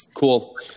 Cool